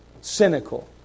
cynical